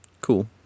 Cool